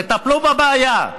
תטפלו בבעיה.